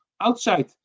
outside